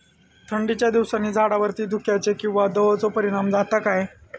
थंडीच्या दिवसानी झाडावरती धुक्याचे किंवा दवाचो परिणाम जाता काय?